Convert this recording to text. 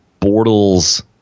Bortles